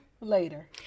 later